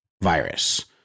virus